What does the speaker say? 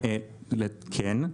כן.